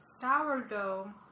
sourdough